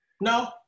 No